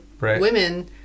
women